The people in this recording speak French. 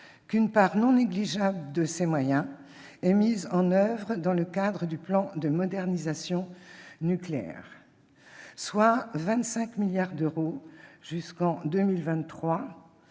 qu'une part non négligeable de ces moyens est mise en oeuvre dans le cadre du plan de modernisation nucléaire : 25 milliards d'euros jusqu'en 2023